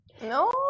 No